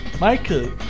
Michael